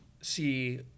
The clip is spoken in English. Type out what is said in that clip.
see